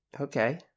Okay